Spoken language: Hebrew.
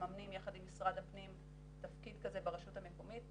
מממנים יחד עם משרד הפנים תפקיד כזה ברשות המקומית.